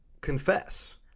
confess